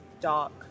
dark